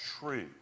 true